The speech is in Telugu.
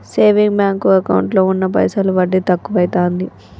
సేవింగ్ బాంకు ఎకౌంటులో ఉన్న పైసలు వడ్డి తక్కువైతాంది